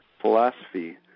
philosophy